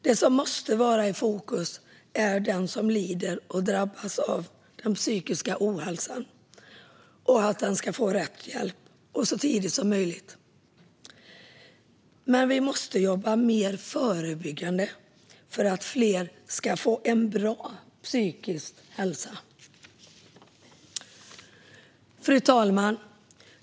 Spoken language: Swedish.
Det som måste vara i fokus är att den som lider och drabbas av psykisk ohälsa ska få rätt hjälp och så tidigt som möjligt. Men man måste jobba mer förebyggande för att fler ska få en bra psykisk hälsa. Fru talman!